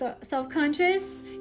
self-conscious